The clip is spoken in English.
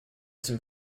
some